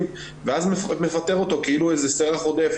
ואז מפטר אותו כאילו הוא איזה סרח עודף,